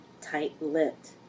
tight-lipped